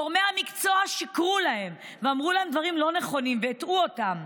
גורמי המקצוע שיקרו להם ואמרו להם דברים לא נכונים והטעו אותם.